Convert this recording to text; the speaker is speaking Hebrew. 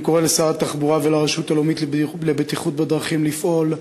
אני קורא לשר התחבורה ולרשות לבטיחות בדרכים לפעול,